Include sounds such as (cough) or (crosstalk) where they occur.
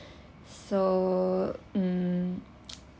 so mm (noise)